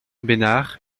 bénard